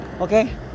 Okay